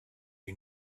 you